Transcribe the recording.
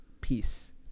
peace